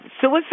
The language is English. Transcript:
suicide